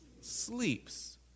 Sleeps